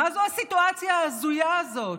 מה זה הסיטואציה ההזויה הזאת?